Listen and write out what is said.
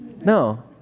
No